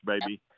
baby